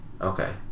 Okay